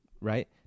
Right